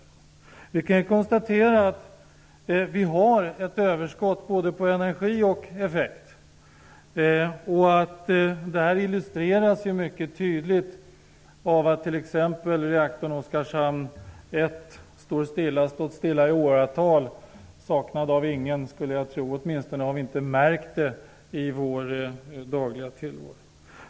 För det första kan vi konstatera att vi har ett överskott på både energi och effekt. Det illustreras mycket tydligt t.ex. av att reaktorn Oskarshamn 1 stått stilla i åratal -- saknad av ingen, skulle jag tro. Åtminstone har vi inte märkt det i vår dagliga tillvaro.